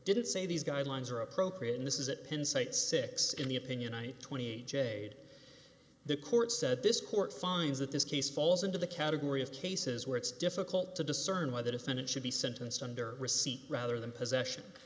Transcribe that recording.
didn't say these guidelines are appropriate in this is that penn state six in the opinion i twenty eight jade the court said this court finds that this case falls into the category of cases where it's difficult to discern whether defendant should be sentenced under receipt rather than possession